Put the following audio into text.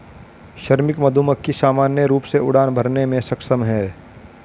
श्रमिक मधुमक्खी सामान्य रूप से उड़ान भरने में सक्षम हैं